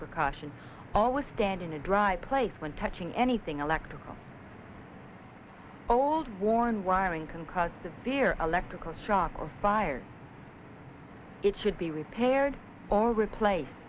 precaution always stand in a dry place when touching anything electrical worn wiring can cause severe electrical shock or fire it should be repaired or replace